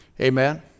Amen